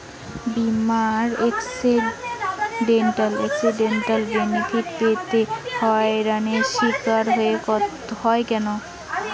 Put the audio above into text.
বিমার accidental benefit পেতে হয়রানির স্বীকার হতে হয় কেন?